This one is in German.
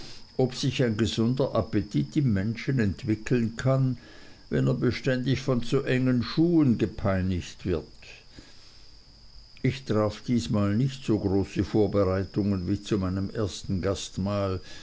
ob sich ein gesunder appetit im menschen entwickeln kann wenn er beständig von zu engen schuhen gepeinigt wird ich traf diesmal nicht so große vorbereitungen wie zu meinem ersten